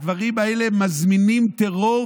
הדברים האלה מזמינים טרור,